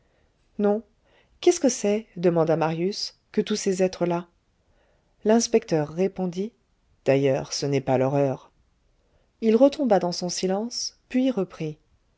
non qu'est-ce que c'est demanda marius que tous ces êtres là l'inspecteur répondit d'ailleurs ce n'est pas leur heure il retomba dans son silence puis reprit